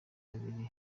babiri